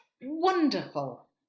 wonderful